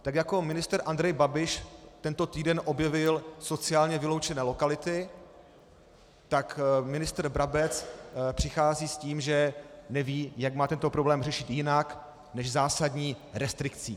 Tak jako ministr Andrej Babiš tento týden objevil sociálně vyloučené lokality, tak ministr Brabec přichází s tím, že neví, jak má tento problém řešit jinak než zásadní restrikcí.